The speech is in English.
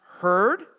heard